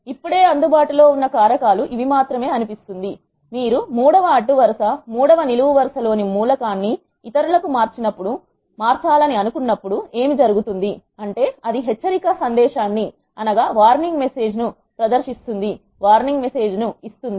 ఇప్పుడే అందుబాటులో ఉన్న కారకాలు ఇవి మాత్రమే అనిపిస్తుంది మీరు మూడవ అడ్డు వరుస మూడవ నిలువు వరుస లోని మూలకాన్ని ఇతరులకు మార్చాలని అనుకున్నప్పుడు ఏమి జరుగుతుంది అంటే అది హెచ్చరిక సందేశాన్ని ప్రదర్శిస్తుంది లేదా వార్నింగ్ ఇస్తుంది